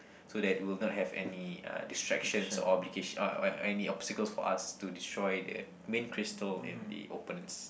so that it would not have any uh distraction obligation or or any obstacles for us to destroy the main crystal in the opponent's